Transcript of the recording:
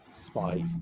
spy